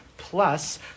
plus